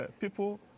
people